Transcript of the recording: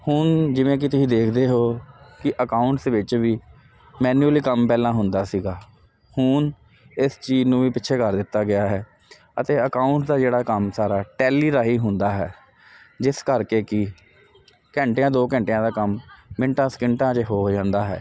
ਹੁਣ ਜਿਵੇਂ ਕਿ ਤੁਸੀਂ ਦੇਖਦੇ ਹੋ ਕਿ ਅਕਾਊਂਟਸ ਵਿੱਚ ਵੀ ਮੈਨੁਅਲੀ ਕੰਮ ਪਹਿਲਾਂ ਹੁੰਦਾ ਸੀਗਾ ਹੁਣ ਇਸ ਚੀਜ਼ ਨੂੰ ਵੀ ਪਿੱਛੇ ਕਰ ਦਿੱਤਾ ਗਿਆ ਹੈ ਅਤੇ ਅਕਾਊਂਟ ਦਾ ਜਿਹੜਾ ਕੰਮ ਸਾਰਾ ਟੈਲੀ ਰਾਹੀਂ ਹੁੰਦਾ ਹੈ ਜਿਸ ਕਰਕੇ ਕੀ ਘੰਟਿਆਂ ਦੋ ਘੰਟਿਆਂ ਦਾ ਕੰਮ ਮਿੰਟਾਂ ਸਕਿੰਟਾਂ 'ਚ ਹੋ ਜਾਂਦਾ ਹੈ